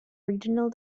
regional